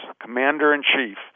commander-in-chief